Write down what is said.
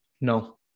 No